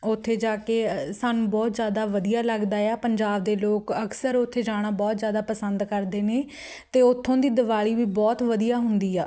ਓਥੇ ਜਾ ਕੇ ਸਾਨੂੰ ਬਹੁਤ ਜ਼ਿਆਦਾ ਵਧੀਆ ਲੱਗਦਾ ਹੈ ਆ ਪੰਜਾਬ ਦੇ ਲੋਕ ਅਕਸਰ ਉੱਥੇ ਜਾਣਾ ਬਹੁਤ ਜ਼ਿਆਦਾ ਪਸੰਦ ਕਰਦੇ ਨੇ ਅਤੇ ਉੱਥੋਂ ਦੀ ਦਿਵਾਲੀ ਵੀ ਬਹੁਤ ਵਧੀਆ ਹੁੰਦੀ ਆ